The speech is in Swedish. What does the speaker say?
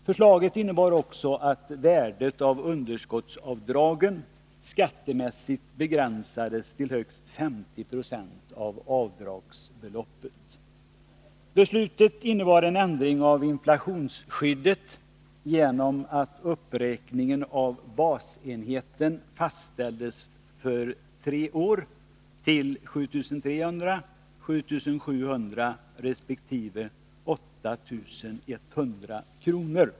Förslaget innebar också att värdet av underskottsavdragen skattemässigt begränsades till högst 50 96 av avdragsbeloppet.